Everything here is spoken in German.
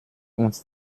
uns